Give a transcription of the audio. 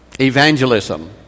evangelism